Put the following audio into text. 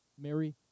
Mary